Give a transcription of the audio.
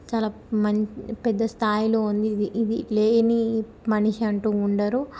చాలా మం పెద్ద స్థాయిలో ఉంది ఇది ఇది లేని మనిషి అంటూ ఉండరు